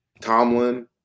Tomlin